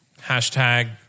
Hashtag